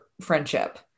friendship